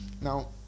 Now